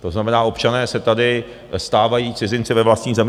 To znamená, občané se tady stávají cizinci ve vlastní zemi.